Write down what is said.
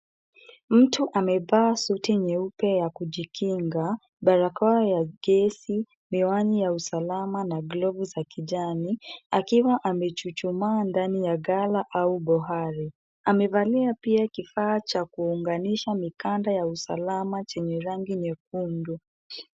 Mtu amevaa suti nyeupe ya kujikinga, barakoa ya gesi, miwani ya usalama, na glovu za kijani, akiwa amechuchumaa ndani ya ghala au bohari. Amevalia pia kifaa cha kuunganisha mikanda ya usalama chenye rangi nyekundu.